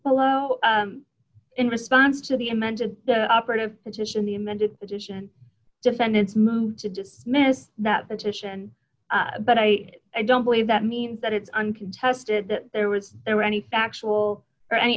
below in response to the amended operative petition the amended edition defendant's move to dismiss that petition but i don't believe that means that it's uncontested that there was there were any factual or any